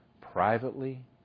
privately